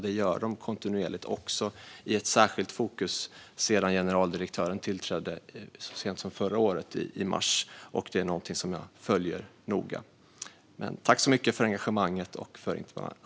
Det gör man kontinuerligt och med ett särskilt fokus sedan generaldirektören tillträdde så sent som i mars förra året. Detta är någonting som jag följer noga. Jag tackar ledamoten för engagemanget och för interpellationen.